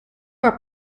are